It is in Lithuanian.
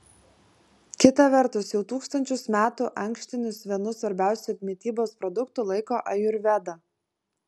kita vertus jau tūkstančius metų ankštinius vienu svarbiausiu mitybos produktu laiko ajurveda